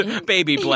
baby